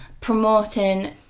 promoting